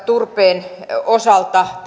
turpeen osalta